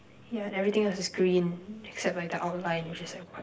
yeah and everything is just green except like the outline which is like white